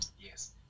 Yes